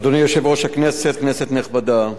אדוני יושב-ראש הכנסת, כנסת נכבדה,